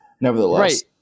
nevertheless